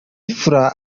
fla